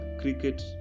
cricket